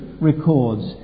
records